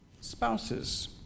spouses